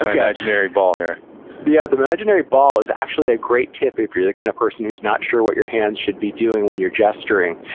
yeah imaginary ball here the yeah the imaginary ball is actually a great tip, if you're the kind of person who's not sure what your hands should be doing when you're gesturing.